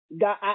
God